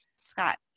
Scott